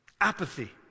Apathy